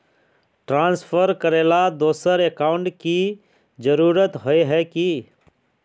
Transfer करेला दोसर account की जरुरत होय है की?